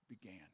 began